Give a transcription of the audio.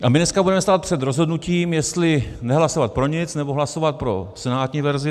A my dneska budeme stát před rozhodnutím, jestli nehlasovat pro nic, nebo hlasovat pro senátní verzi.